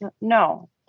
No